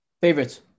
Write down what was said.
Favorites